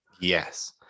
Yes